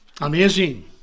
Amazing